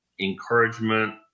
encouragement